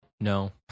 No